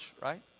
right